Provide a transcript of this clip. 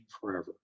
forever